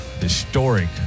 historic